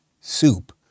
soup